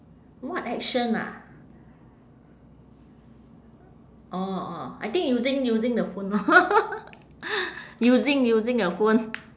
what action ah orh orh I think using using the phone orh using using a phone